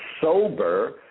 sober